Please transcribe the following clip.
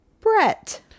Brett